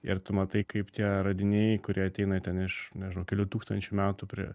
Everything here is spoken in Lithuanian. ir tu matai kaip tie radiniai kurie ateina ten iš nežinau kelių tūkstančių metų prie